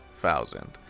thousand